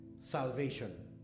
salvation